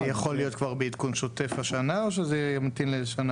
זה יכול להיות כבר בעדכון שוטף השנה או שזה ימתין לשנה הבאה?